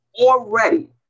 already